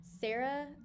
Sarah